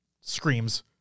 screams